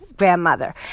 grandmother